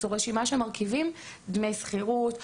זו רשימה של מרכיבים דמי שכירות,